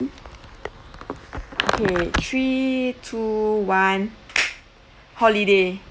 okay three two one holiday